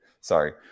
sorry